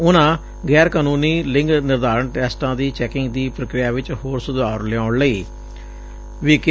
ਉਨੂਾਂ ਗੈਰ ਕਾਨੂੰਨੀ ਲਿੰਗ ਨਿਰਧਾਰਨ ਟੈਸਟਾਂ ਦੀ ਚੈਕਿੰਗ ਦੀ ਪ੍ਰਕਿਰਿਆ ਵਿੱਚ ਹੋਰ ਸੁਧਾਰ ਲਿਆਉਣ ਲਈ ਵੀ ਕਿਹਾ